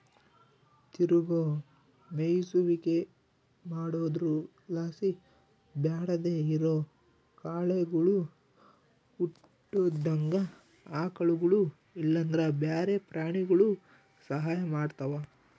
ತಿರುಗೋ ಮೇಯಿಸುವಿಕೆ ಮಾಡೊದ್ರುಲಾಸಿ ಬ್ಯಾಡದೇ ಇರೋ ಕಳೆಗುಳು ಹುಟ್ಟುದಂಗ ಆಕಳುಗುಳು ಇಲ್ಲಂದ್ರ ಬ್ಯಾರೆ ಪ್ರಾಣಿಗುಳು ಸಹಾಯ ಮಾಡ್ತವ